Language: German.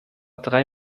drei